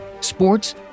sports